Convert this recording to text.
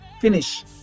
finish